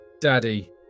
Daddy